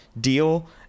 deal